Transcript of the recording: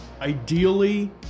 Ideally